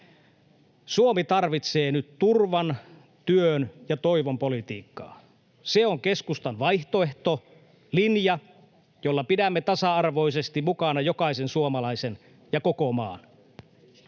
Suomi tarvitsee nyt turvan, työn ja toivon politiikkaa. Se on keskustan vaihtoehto, linja, jolla pidämme tasa-arvoisesti mukana jokaisen suomalaisen ja koko maan.